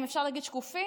אם אפשר להגיד שקופים,